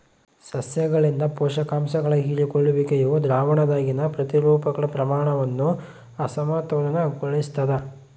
ಸಸ್ಯಗಳಿಂದ ಪೋಷಕಾಂಶಗಳ ಹೀರಿಕೊಳ್ಳುವಿಕೆಯು ದ್ರಾವಣದಾಗಿನ ಪ್ರತಿರೂಪಗಳ ಪ್ರಮಾಣವನ್ನು ಅಸಮತೋಲನಗೊಳಿಸ್ತದ